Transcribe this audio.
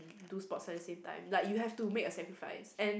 do sports at the same time like you have to make a sacrifice and